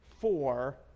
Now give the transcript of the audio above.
four